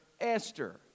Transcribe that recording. Esther